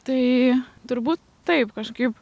tai turbūt taip kažkaip